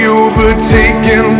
overtaken